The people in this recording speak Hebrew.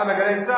ב"גלי צה"ל",